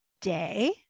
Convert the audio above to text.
day